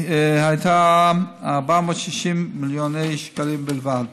היה 460 מיליון שקלים בלבד.